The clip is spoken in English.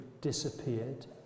disappeared